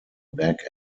back